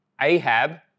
Ahab